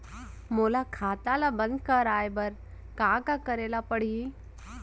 मोर खाता ल बन्द कराये बर का का करे ल पड़ही?